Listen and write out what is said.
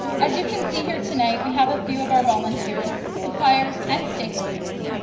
as you can see here tonight, we have a few of our volunteers, suppliers and stakeholders.